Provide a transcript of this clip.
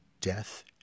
death